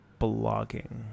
blogging